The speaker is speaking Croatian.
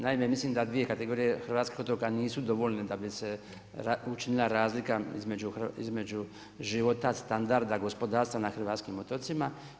Naime, mislim da dvije kategorije hrvatskih otoka nisu dovoljne da bi se učinila razlika između života, standarda, gospodarstva na hrvatskim otocima.